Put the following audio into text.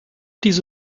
diese